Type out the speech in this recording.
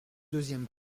deuxième